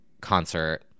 concert